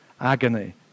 agony